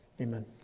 Amen